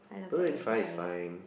don't really find is fine